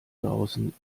draußen